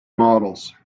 models